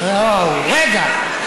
רגע.